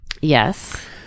Yes